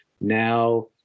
now